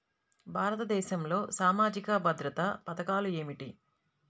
భారతదేశంలో సామాజిక భద్రతా పథకాలు ఏమిటీ?